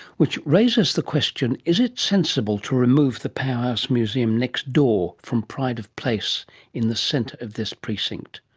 which raises the question is it sensible to remove the powerhouse museum next door from pride of place in the centre of this precinct?